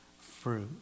fruit